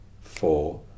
four